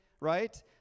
right